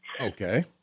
Okay